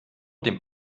dem